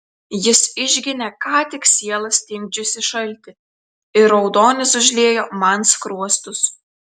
jis išginė ką tik sielą stingdžiusį šaltį ir raudonis užliejo man skruostus